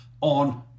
on